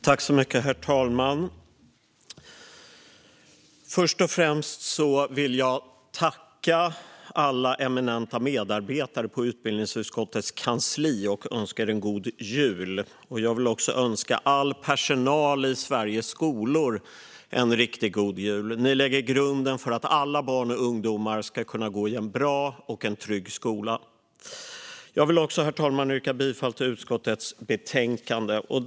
Herr talman! Först och främst vill jag tacka alla eminenta medarbetare på utbildningsutskottets kansli och önska dem en god jul. Jag vill också önska all personal i Sveriges skolor en riktigt god jul. Ni lägger grunden för att alla barn och ungdomar ska kunna gå i en bra och trygg skola. Jag vill också, herr talman, yrka bifall till utskottets förslag i betänkandet.